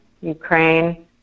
Ukraine